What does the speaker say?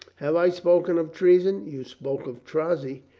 have i spoken of treason? you spoke of strozzi.